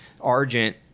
Argent